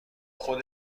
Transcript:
این